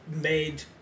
made